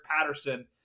Patterson